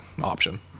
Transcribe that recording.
option